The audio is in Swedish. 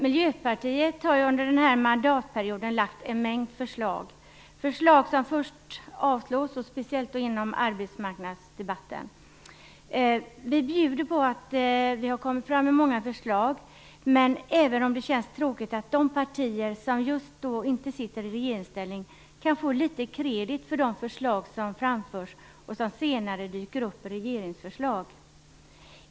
Miljöpartiet har under denna mandatperiod lagt fram en mängd förslag - förslag som avslås. Det gäller speciellt inom arbetsmarknadsområdet. Vi bjuder på att vi har kommit fram med många förslag, men det känns tråkigt att de partier som inte sitter i regeringsställning inte kan få litet credit för de förslag som framförs och som senare dyker upp i regeringsförslag.